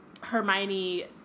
Hermione